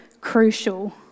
crucial